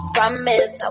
Promise